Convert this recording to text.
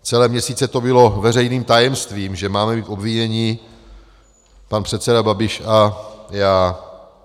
Celé měsíce to bylo veřejným tajemstvím, že máme být obviněni, pan předseda Babiš a já.